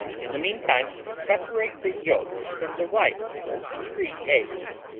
in the meantime separate the yolks from the whites of three eggs,